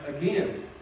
again